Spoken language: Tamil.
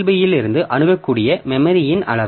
பி இலிருந்து அணுகக்கூடிய மெமரி இன் அளவு